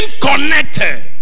connected